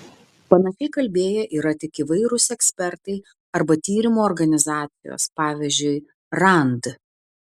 panašiai kalbėję yra tik įvairūs ekspertai arba tyrimų organizacijos pavyzdžiui rand